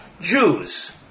Jews